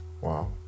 Wow